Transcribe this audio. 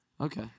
Okay